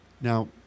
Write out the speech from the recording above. Now